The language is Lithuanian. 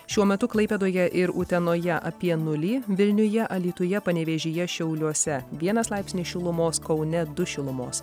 šiuo metu klaipėdoje ir utenoje apie nulį vilniuje alytuje panevėžyje šiauliuose vienas laipsnis šilumos kaune du šilumos